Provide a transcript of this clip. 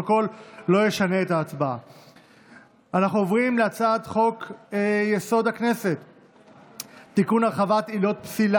אני קובע כי הצעת חוק חיסיון טיפולי טיפול נפשי בהליכים משפטיים שעניינם